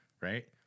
right